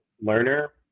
learner